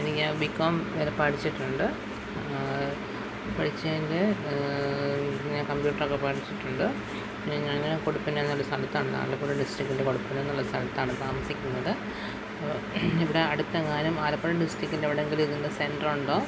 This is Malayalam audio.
എനിക്ക് ബി കോം വരെ പഠിച്ചിട്ടുണ്ട് പഠിച്ചതിൻ്റെ ഞാൻ കമ്പ്യൂട്ടറൊക്കെ പഠിച്ചിട്ടുണ്ട് പിന്നെ ഞാൻ വരുവാ കൊടുപ്പുന്ന എന്ന ഒരു സ്ഥലത്താണ് ആലപ്പുഴ ഡിസ്ട്രിക്റ്റിലെ കൊടുപ്പുന്ന എന്ന സ്ഥലത്താണ് താമസിക്കുന്നത് അപ്പോൾ ഇവിടെ അടുത്തെങ്ങാനും ആലപ്പുഴ ഡിസ്ട്രിക്റ്റിൻ്റെ എവിടെയെങ്കിലും ഇതിൻ്റെ സെൻ്റർ ഉണ്ടോ